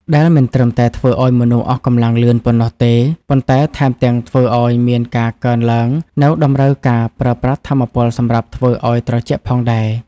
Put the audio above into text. ដែលមិនត្រឹមតែធ្វើឱ្យមនុស្សអស់កម្លាំងលឿនប៉ុណ្ណោះទេ ប៉ុន្តែថែមទាំងធ្វើឱ្យមានការកើនឡើងនូវតម្រូវការប្រើប្រាស់ថាមពលសម្រាប់ធ្វើឱ្យត្រជាក់ផងដែរ។